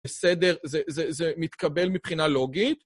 בסדר, זה מתקבל מבחינה לוגית?